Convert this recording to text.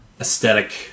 aesthetic